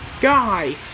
Guy